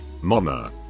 Mama